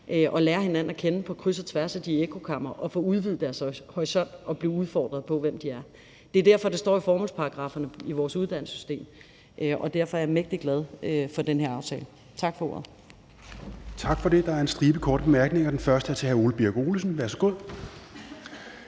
og lære hinanden at kende på kryds og tværs af de ekkokamre og få udvidet deres horisont og blive udfordret på, hvem de er. Det er derfor, det står i formålsparagrafferne i vores uddannelsessystem, og derfor er jeg mægtig glad for den her aftale. Tak for ordet. Kl. 10:08 Fjerde næstformand (Rasmus Helveg Petersen): Tak for det. Der er en stribe korte bemærkninger. Den første er til hr. Ole Birk Olesen. Værsgo.